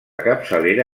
capçalera